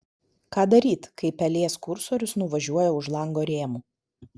ką daryt kai pelės kursorius nuvažiuoja už lango rėmų